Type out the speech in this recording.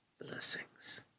Blessings